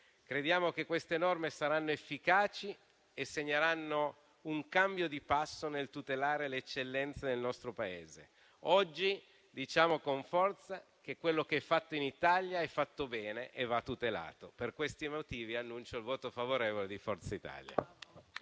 Crediamo che queste norme saranno efficaci e segneranno un cambio di passo nel tutelare l'eccellenza nel nostro Paese. Oggi diciamo con forza che quello che è fatto in Italia è fatto bene e va tutelato. Per questi motivi, annuncio il voto favorevole di Forza Italia.